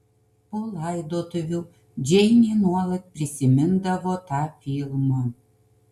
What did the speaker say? po laidotuvių džeinė nuolat prisimindavo tą filmą